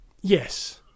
Yes